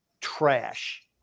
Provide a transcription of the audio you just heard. trash